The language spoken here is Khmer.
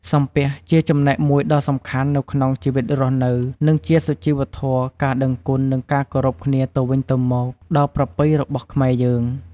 សំពះជាចំណែកមួយដ៏សំខាន់ នៅក្នុងជីវិតរស់នៅ និងជាសុជីវធម៌ ការដឹងគុណ និងគោរពគ្នាទៅវិញទៅមក ដ៏ប្រពៃរបស់ខ្មែរយើង។